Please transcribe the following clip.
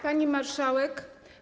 Pani Marszałek!